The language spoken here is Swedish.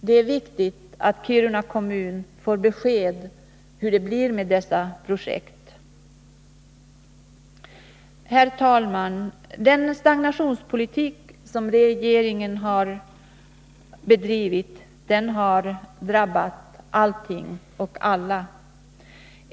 Det är viktigt att Kiruna kommun får besked om hur det blir med dessa projekt. Herr talman! Den stagnationspolitik som regeringen bedrivit har drabbat allting och alla.